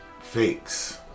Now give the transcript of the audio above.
fakes